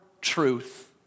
truth